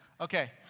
okay